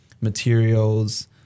materials